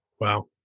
Wow